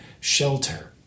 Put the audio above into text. shelter